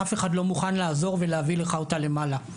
אף אחד לא מוכן לעזור ולהביא לך אותה למעלה.